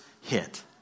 hit